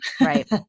Right